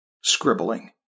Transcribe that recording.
scribbling